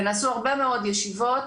ונעשו הרבה מאוד ישיבות,